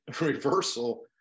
reversal